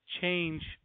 change